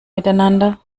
miteinander